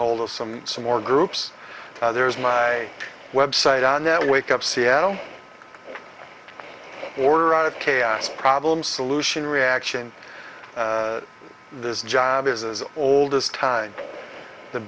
hold of some some more groups there's my website on that wake up seattle order out of chaos problem solution reaction this job is as old as time the